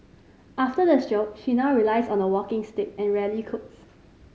after the stroke she now relies on a walking stick and rarely cooks